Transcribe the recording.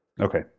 Okay